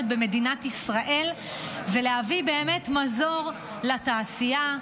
במדינת ישראל ולהביא באמת מזור לתעשייה,